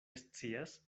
scias